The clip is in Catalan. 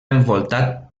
envoltat